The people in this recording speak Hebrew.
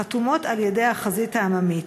החתומות על-ידי "החזית העממית".